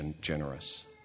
generous